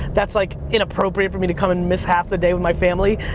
that's, like, inappropriate for me to come and miss half the day with my family.